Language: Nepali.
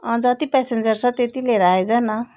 जति पेसेन्जर छ त्यति लिएर आइज न